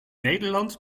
nederland